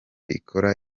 ikora